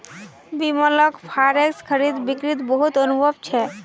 बिमलक फॉरेक्स खरीद बिक्रीत बहुत अनुभव छेक